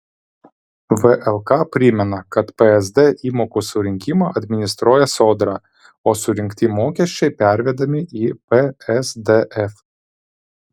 vlk primena kad psd įmokų surinkimą administruoja sodra o surinkti mokesčiai pervedami į psdf